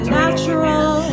natural